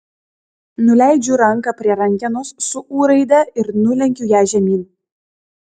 nuleidžiu ranką prie rankenos su ū raide ir nulenkiu ją žemyn